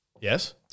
Yes